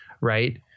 Right